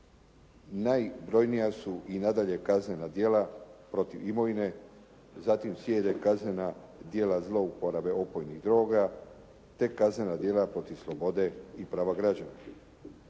najbrojnija su i nadalje kaznena djela protiv imovine, zatim slijede kaznena djela zlouporabe opojnih droga te kaznena djela protiv slobode i prava građana.